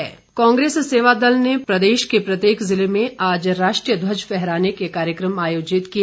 सेवा दल कांग्रेस सेवा दल ने प्रदेश के प्रत्येक ज़िले में आज राष्ट्रीय ध्वज फहराने के कार्यक्रम आयोजित किए